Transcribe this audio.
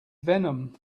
venom